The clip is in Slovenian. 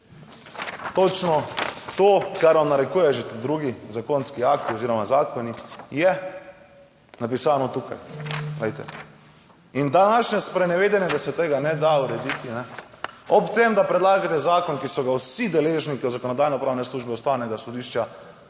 Točno to, kar vam narekuje že drugi zakonski akti oziroma zakoni, je napisano tukaj. In današnje sprenevedanje, da se tega ne da urediti. Ob tem, da predlagate zakon, ki so ga vsi deležniki Zakonodajnopravne službe Ustavnega sodišča